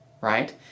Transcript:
right